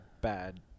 bad